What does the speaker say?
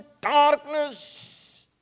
darkness